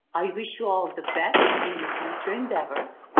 i wish you all the best in your future endeavors.